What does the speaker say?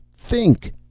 think!